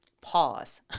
Pause